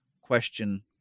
question